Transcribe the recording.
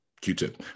Q-tip